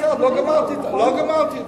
רגע אחד, לא גמרתי אתכם.